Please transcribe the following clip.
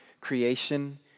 creation